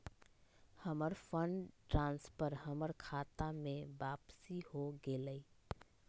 हमर fund transfer हमर खता में वापसी हो गेलय